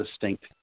distinct